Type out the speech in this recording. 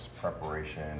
preparation